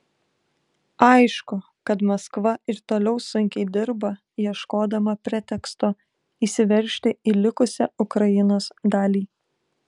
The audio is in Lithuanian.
aišku kad maskva ir toliau sunkiai dirba ieškodama preteksto įsiveržti į likusią ukrainos dalį